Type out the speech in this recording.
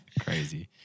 Crazy